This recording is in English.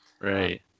Right